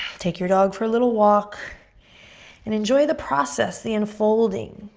take your dog for a little walk and enjoy the process, the unfolding,